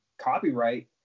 copyright